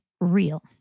real